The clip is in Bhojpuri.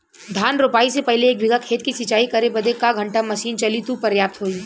धान रोपाई से पहिले एक बिघा खेत के सिंचाई करे बदे क घंटा मशीन चली तू पर्याप्त होई?